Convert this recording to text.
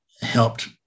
helped